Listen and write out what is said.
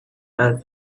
and